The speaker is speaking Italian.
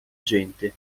gente